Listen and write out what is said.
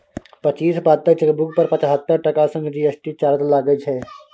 पच्चीस पातक चेकबुक पर पचहत्तर टका संग जी.एस.टी चार्ज लागय छै